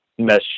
mess